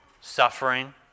Suffering